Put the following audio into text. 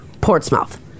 Portsmouth